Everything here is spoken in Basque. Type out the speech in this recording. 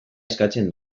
eskatzen